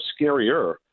scarier